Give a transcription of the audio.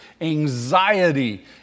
anxiety